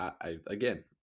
again